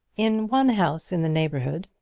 in one house in the neighbourhood,